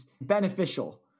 beneficial